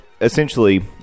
essentially